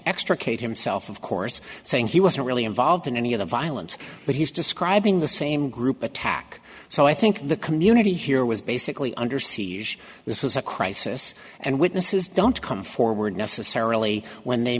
extricate himself of course saying he wasn't really involved in any of the violence but he's describing the same group attack so i think the community here was basically under siege this was a crisis and witnesses don't come forward necessarily when they